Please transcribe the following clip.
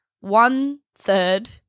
one-third